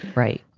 right.